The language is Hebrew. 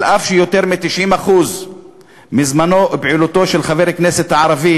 אף שיותר מ-90% מזמנו ופעילותו של חבר הכנסת הערבי